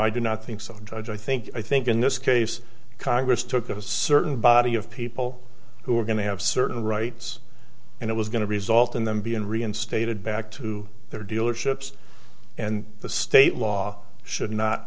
i do not think so judge i think i think in this case congress took a certain body of people who were going to have certain rights and it was going to result in them being reinstated back to their dealerships and the state law should not